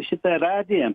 šitą radiją